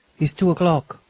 it's two o'clock.